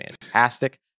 fantastic